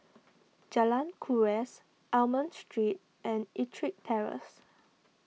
Jalan Kuras Almond Street and Ettrick Terrace